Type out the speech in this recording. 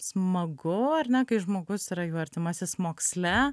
smagu ar ne kai žmogus yra jų artimasis moksle